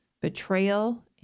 betrayal